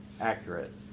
accurate